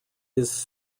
his